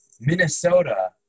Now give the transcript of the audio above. Minnesota